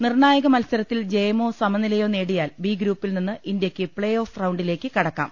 നിർണ്ണായക മത്സര ത്തിൽ ജയമോ സമനിലയോ നേടിയാൽ ബി ഗ്രൂപ്പിൽനിന്ന് ഇന്ത്യയ്ക്ക് പ്പേ ഓഫ് റൌണ്ടിലേക്ക് കടക്കാം